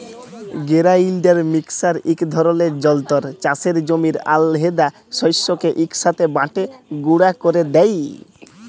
grinder mixer ইক ধরলের যল্তর চাষের জমির আলহেদা শস্যকে ইকসাথে বাঁটে গুঁড়া ক্যরে দেই